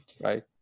Right